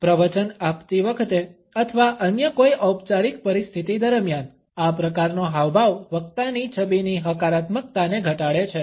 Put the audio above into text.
પ્રવચન આપતી વખતે અથવા અન્ય કોઈ ઔપચારિક પરિસ્થિતિ દરમિયાન આ પ્રકારનો હાવભાવ વક્તાની છબીની હકારાત્મકતાને ઘટાડે છે